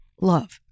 love